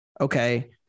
okay